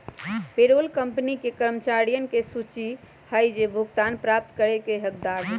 payroll company के कर्मचारियन के सूची हई जो भुगतान प्राप्त करे के हकदार हई